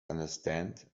understand